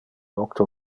octo